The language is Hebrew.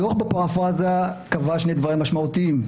הדוח בפרפרזה קבע שני דברים משמעותיים.